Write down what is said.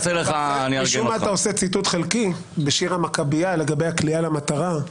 משום מה אתה עושה ציטוט חלקי בשיר המכביה לגבי הקליעה למטרה.